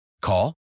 Call